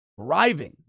driving